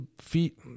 feet